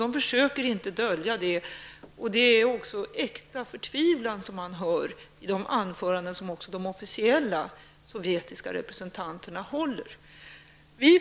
De försöker inte dölja det och det är också äkta förtvivlan som man hör i de anföranden som även de officiella sovjetiska representanterna håller.